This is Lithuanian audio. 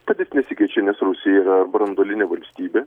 padėtis nesikeičia nes rusija yra branduolinė valstybė